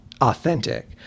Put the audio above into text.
authentic